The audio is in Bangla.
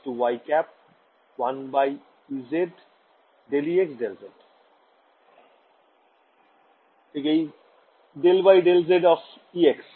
∇e × E yˆ 1ez ∂Ex∂z ছাত্র ছাত্রীঃ del by del z of E x